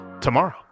tomorrow